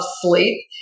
sleep